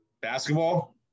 Basketball